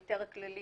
ההיתר הכללי,